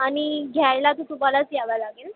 आणि घ्यायला तर तुम्हालाच यावं लागेल